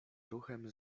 ruchem